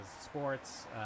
sports